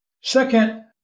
Second